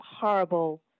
horrible